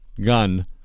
gun